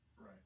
Right